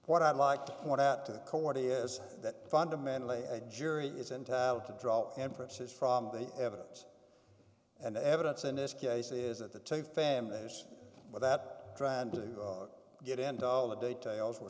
what i'd like to point out to coordinate is that fundamentally a jury is entitled to draw inferences from the evidence and the evidence in this case is that the two families without trying to get into all the details were